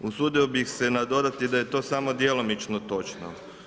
Usudio bih se nadodati da je to samo djelomično točno.